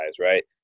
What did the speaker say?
Right